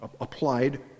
applied